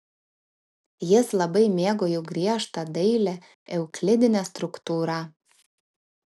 jis labai mėgo jų griežtą dailią euklidinę struktūrą